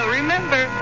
remember